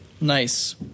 Nice